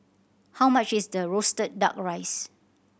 how much is the roasted Duck Rice